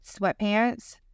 sweatpants